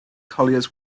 colliers